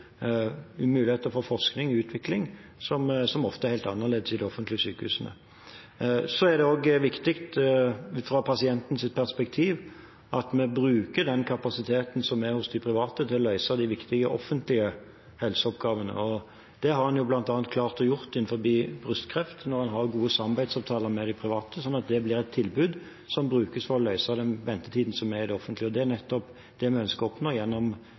muligheter for forskning og utvikling som ofte er helt annerledes i de offentlige sykehusene. Så er det også viktig ut fra pasientens perspektiv at vi bruker den kapasiteten som er hos de private til å løse de viktige offentlige helseoppgavene. Det har en bl.a. klart å gjøre innen brystkreft når en har gode samarbeidsavtaler med de private, slik at det blir et tilbud som brukes for å redusere den ventetiden som er i det offentlige, og det er nettopp det vi ønsker å oppnå